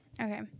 Okay